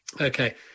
Okay